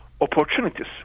opportunities